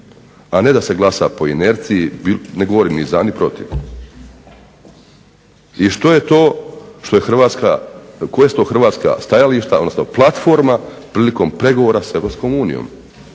a ne da se glasa po inerciji, ne govorim ni za ni protiv. I što je to što je Hrvatska, koja su to hrvatska stajališta, odnosno platforma prilikom pregovora s EU? MI i